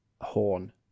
horn